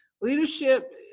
leadership